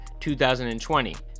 2020